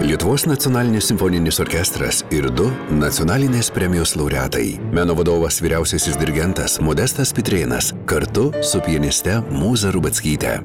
lietuvos nacionalinis simfoninis orkestras ir du nacionalinės premijos laureatai meno vadovas vyriausiasis dirigentas modestas pitrėnas kartu su pianiste mūza rubackyte